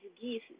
geese